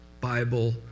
Bible